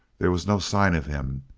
there was no sign of him,